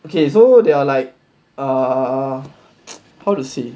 okay so there are like err how to say